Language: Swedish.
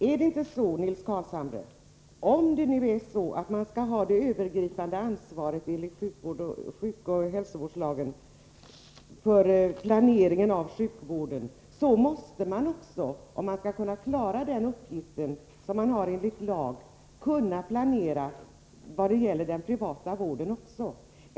Är det inte så, Nils Carlshamre, att om den som har det övergripande ansvaret enligt sjukoch hälsovårdslagen skall kunna planera sjukvården, måste den också kunna planera vad gäller den privata vården?